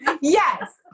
yes